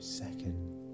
second